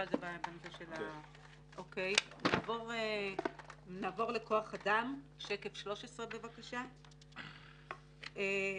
נעבור לכוח-אדם, שקף 13. המשרד